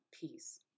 peace